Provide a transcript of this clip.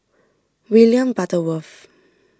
William Butterworth